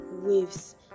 waves